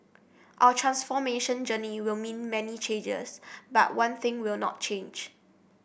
our transformation journey will mean many changes but one thing will not change